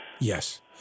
Yes